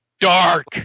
dark